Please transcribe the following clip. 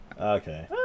Okay